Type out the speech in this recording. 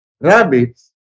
Rabbits